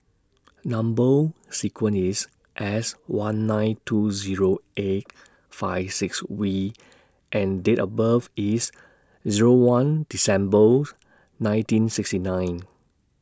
Number sequence IS S one nine two Zero eight five six V and Date of birth IS Zero one Decembers nineteen sixty nine